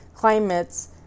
climates